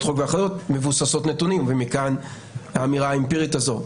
חוק מבוססות נתונים ומכאן האמירה האמפירית הזו.